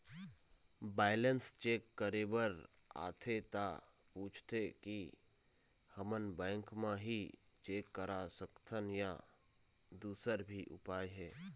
Balance check करे बर आथे ता पूछथें की हमन बैंक मा ही चेक करा सकथन या दुसर भी उपाय हे?